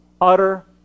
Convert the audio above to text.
utter